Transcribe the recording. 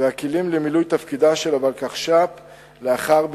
והכלים למילוי תפקידה של הוולקחש"פ לאחר ביטולה.